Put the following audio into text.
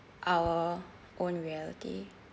our own reality